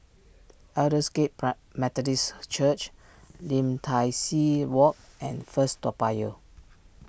Aldersgate Methodist Church Lim Tai See Walk and First Toa Payoh